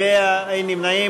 אי-אמון בממשלה,